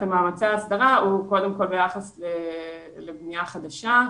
מאמצי ההסדרה הוא קודם כל ביחס לבניה חדשה,